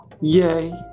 Yay